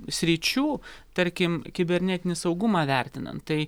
sričių tarkim kibernetinį saugumą vertinant tai